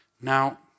Now